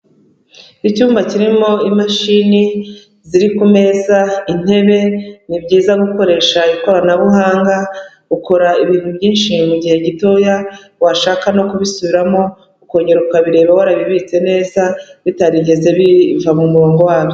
Icyumba kirimo imashini ziri ku meza, intebe, ni byiza gukoresha ikoranabuhanga ukora ibintu byinshi mu gihe gitoya, washaka no kubisubiramo ukongera ukabireba warabibitse neza, bitarigeze biva mu murongo wabyo.